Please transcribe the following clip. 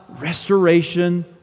restoration